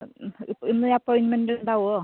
ഇന്ന് അപ്പോയിൻമെൻ്റ് ഉണ്ടാവുമോ